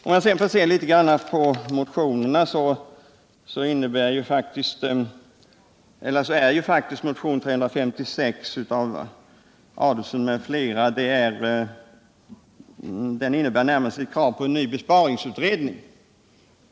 : När man sedan ser på motionerna finner man att motionen 356 av Tage Adolfsson m.fl. närmast innehåller ett krav på en ny besparingsutredning.